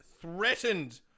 threatened